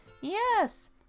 Yes